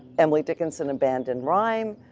emily dickinson abandoned rhyme,